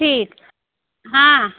ठीक हाँ